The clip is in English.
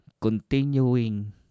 continuing